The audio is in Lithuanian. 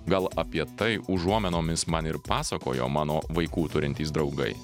gal apie tai užuominomis man ir pasakojo mano vaikų turintys draugai